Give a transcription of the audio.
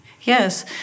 Yes